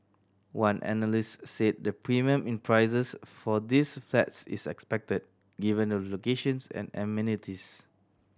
one analyst said the premium in prices for these flats is expected given the locations and amenities